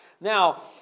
Now